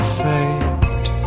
fate